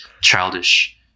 childish